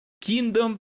Kingdom